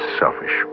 selfish